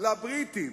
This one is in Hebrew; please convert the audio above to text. לבריטים